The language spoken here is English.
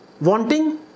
wanting